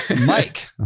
mike